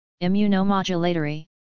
immunomodulatory